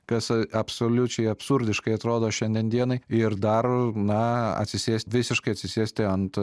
kas absoliučiai absurdiškai atrodo šiandien dienai ir dar na atsisėst visiškai atsisėsti ant